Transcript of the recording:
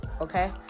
okay